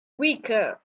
weaker